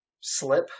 slip